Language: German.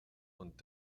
und